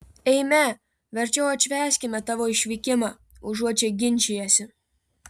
eime verčiau atšvęskime tavo išvykimą užuot čia ginčijęsi